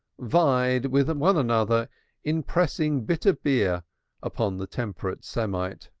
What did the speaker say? vied with one another in pressing bitter beer upon the temperate semite.